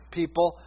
people